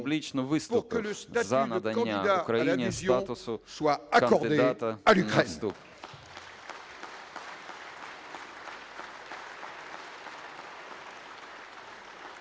публічно виступив за надання Україні статусу кандидата на вступ.